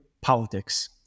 politics